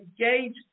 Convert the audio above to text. engage